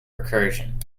recursion